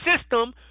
system